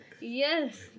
yes